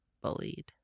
bullied